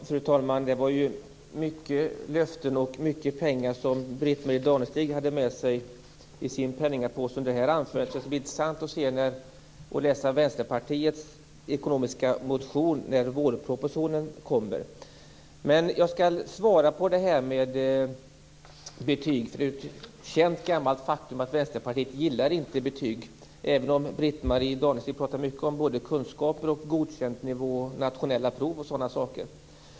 Fru talman! Det var många löften och mycket pengar som Britt Marie Danestig hade med sig i sin penningpåse under det här anförandet. Det skall bli intressant att läsa Vänsterpartiets ekonomiska motion när vårpropositionen kommer. Jag skall svara på det här med betygen. Det är ett gammalt känt faktum att Vänsterpartiet inte gillar betyg, även om Britt-Marie Danestig pratar mycket om kunskaper, Godkänd-nivå, nationella prov och sådana saker.